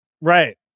Right